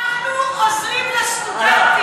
אנחנו עוזרים לסטודנטים,